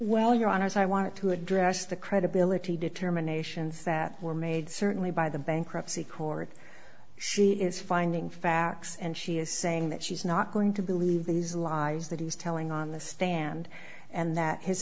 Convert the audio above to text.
well your honor as i wanted to address the credibility determinations that were made certainly by the bankruptcy court she is finding facts and she is saying that she's not going to believe these lies that he's telling on the stand and that his